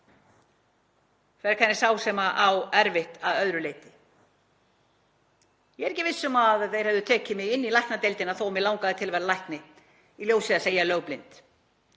ekki frekar en sá sem á erfitt að öðru leyti. Ég er ekki viss um að þeir hefðu tekið mig inn í læknadeildina þótt mig langaði til að verða læknir, í ljósi þess að ég er lögblind.